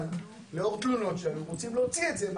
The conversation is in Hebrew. לאור -- -רוצים להוציא את זה.